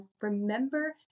remember